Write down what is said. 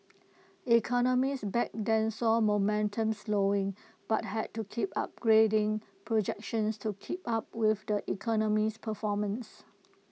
economists back then saw momentum slowing but had to keep upgrading projections to keep up with the economy's performance